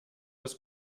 das